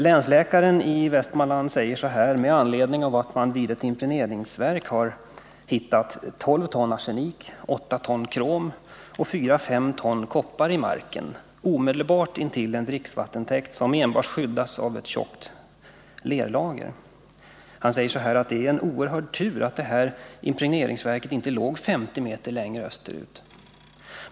Länsläkaren i Västmanland säger med anledning av att man vid ett impregneringsverk har hittat 12 ton arsenik, 8 ton krom och 4-5 ton koppar i marken omedelbart intill en dricksvattentäkt, som enbart skyddas av ett tjockt lerlager: Det är en oerhörd tur att detta impregneringsverk inte låg 50 meter längre österut.